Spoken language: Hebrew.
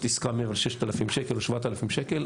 עסקה מעבר ל-6,000 שקל או 7,000 שקל.